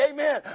Amen